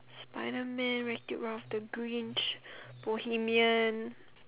Spiderman Wreck Ralph the Grinch Bohemian